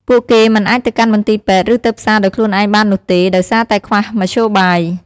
ពួកគេមិនអាចទៅកាន់មន្ទីរពេទ្យ ឬទៅផ្សារដោយខ្លួនឯងបាននោះទេ ដោយសារតែខ្វះមធ្យោបាយ។